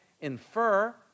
infer